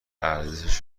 ارزشش